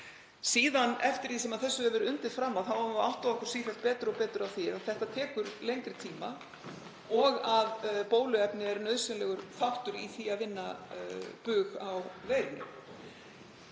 Síðan, eftir því sem þessu hefur undið fram, höfum við áttað okkur sífellt betur og betur á því að þetta tekur lengri tíma og að bóluefnið er nauðsynlegur þáttur í því að vinna bug á veirunni.